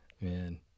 Man